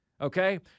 okay